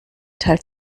teilt